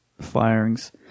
firings